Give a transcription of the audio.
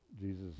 Jesus